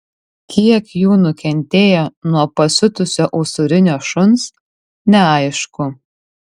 kiek jų nukentėjo nuo pasiutusio usūrinio šuns neaišku